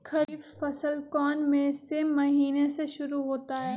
खरीफ फसल कौन में से महीने से शुरू होता है?